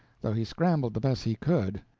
though he scrambled the best he could.